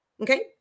okay